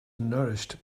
nourished